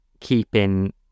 keeping